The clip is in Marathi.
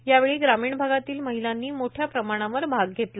यावेळी ग्रामीण भागातील महिलांनी मोठ्या प्रमाणावर भाग घेतला